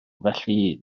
felly